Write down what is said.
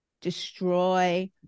destroy